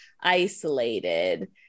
isolated